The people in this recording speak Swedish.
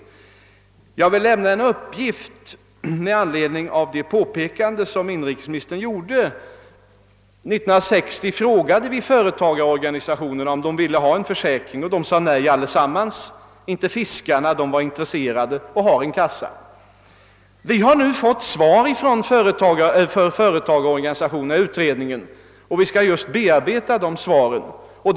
Jag vill lämna en: uppgift med anledning av det påpekande som inrikesministern gjorde. Vi tillfrågade år 1960 företagarorganisationerna om de ville ha en .arbetslöshetsförsäkring, och de svarade alla nej, dock med undantag av fiskarna, som var: intresserade och som nu har en arbetslöshetskassa: Vi har nu i den arbetande utredningen fått svar från företagarorganisationerna i denna fråga och står just i begrepp att bearbeta.dessa svar.